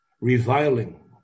reviling